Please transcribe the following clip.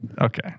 Okay